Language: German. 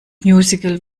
musical